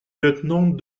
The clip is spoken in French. lieutenant